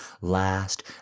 last